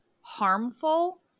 harmful